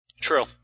True